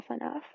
enough